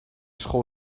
school